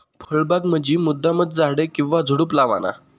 फळबाग म्हंजी मुद्दामचं झाडे किंवा झुडुप लावाना